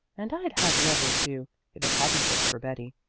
and i'd have let her too, if it hadn't been for betty.